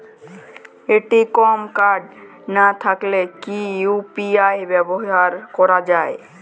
ATM card না থাকলে কি ইউ.পি.আই ব্যবহার করা য়ায়?